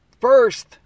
first